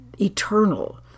eternal